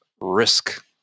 risk